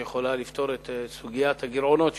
שיכולה לפתור את סוגיית הגירעונות שציינת.